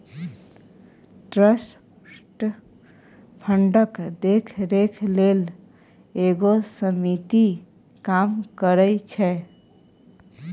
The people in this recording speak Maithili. ट्रस्ट फंडक देखरेख लेल एगो समिति काम करइ छै